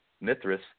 Mithras